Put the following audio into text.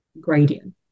gradient